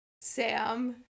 Sam